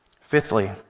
Fifthly